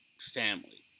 family